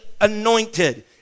anointed